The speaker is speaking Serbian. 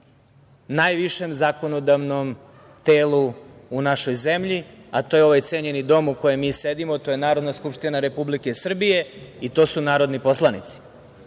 najvišem zakonodavnom telu u našoj zemlji, a to je ovaj cenjeni dom u kojem mi sedimo, to je Narodna skupština Republike Srbije i to su narodni poslanici